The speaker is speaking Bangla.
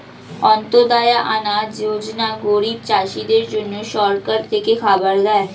অন্ত্যদায়া আনা যোজনা গরিব চাষীদের জন্য সরকার থেকে খাবার দেয়